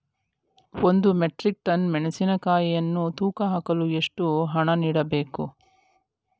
ಒಂದು metric ton ಮೆಣಸಿನಕಾಯಿಯನ್ನು ತೂಕ ಹಾಕಲು ಎಷ್ಟು ಹಣ ನೀಡಬೇಕು?